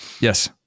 Yes